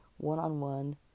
one-on-one